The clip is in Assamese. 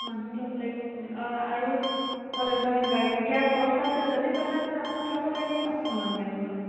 মানুহ ল'ব লাগিব অঁ আৰু ধৰক গাড়ীত দিয়া খৰচো আছে যদি পইচা নহয় আকৌ উঠাব লাগিব পাঁচশ মানকে নহ'লে